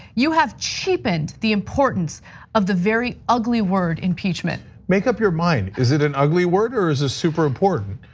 you have cheapened the importance of the very ugly word, impeachment. make up your mind. is it an ugly word or is it ah super important?